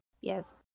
Yes